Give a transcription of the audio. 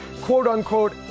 quote-unquote